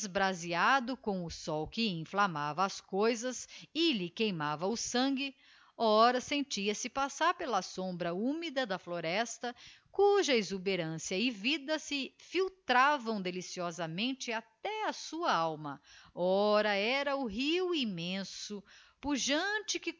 esbraseado com o sol que inflammava as coisas e lhe queimava o sangue ora sentia-se passar pela sombra húmida da floresta cuja exuberância e vida se tiltravam deliciosamente até á sua alma ora era o rio immenso pujante que